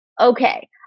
Okay